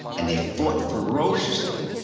and they fought ferociously.